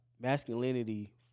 masculinity